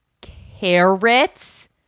carrots